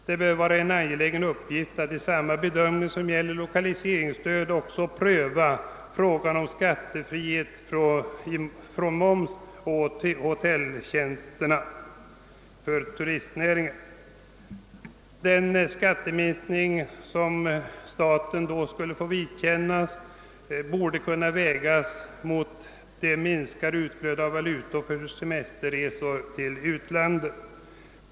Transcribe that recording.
Det bör vara en angelägen uppgift att vid samma bedömning som gäller lokaliseringsstödet också pröva frågan om skattefrihet från moms på turisthotelltjänsterna. Den skatteminskning som staten skulle få vidkännas vid en sådan lösning borde kunna vägas mot det minskade utflödet av valutor för semesterresor till utlandet.